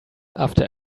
after